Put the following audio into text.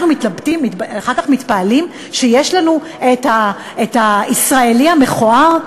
אנחנו אחר כך מתפלאים שיש לנו הישראלי המכוער?